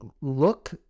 look